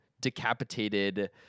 decapitated